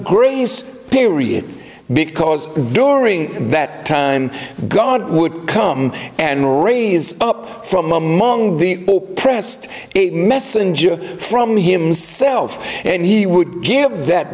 grace period because during that time god would come and raise up from among the pressed a messenger from himself and he would give that